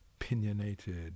opinionated